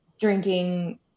drinking